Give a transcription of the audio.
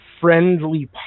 friendly